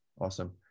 Awesome